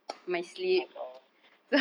oh my god